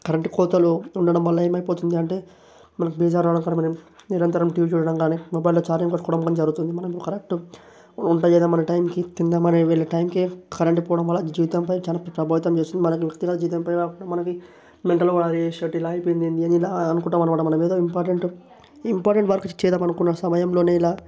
current కోతలు ఉండడం వల్ల ఏమైపోతుంది అంటే మనకు బేజారు రావడం కరమనం నిరంతరం టీవీ చూడటంకాని మొబైల్లో చార్జింగ్ పేట్టుకోవడంకాని జరుగుతుంది మనం కరెక్ట్ వంటయ్యేదా మన టైమ్కి తిందామనే వెళ్ళే టైమ్కి కరెంటు పోవడం వల్ల జీవితంపై చాలా ప్రభావితం చేస్తుంది మనకి బొత్తిగా జీవితంపై మనకి మెంటల్ మాదిరి షట్ ఇలా అయిపోయిందేంటి అని ఇలా అనుకుంటామన్నమాట మనమేదో ఇంపార్టెంట్ ఇంపార్టెంట్ వర్క్ చేద్దామనుకునే సమయంలోనే ఇలా